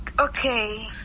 Okay